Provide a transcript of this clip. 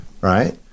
right